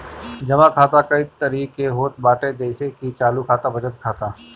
जमा खाता कई तरही के होत बाटे जइसे की चालू खाता, बचत खाता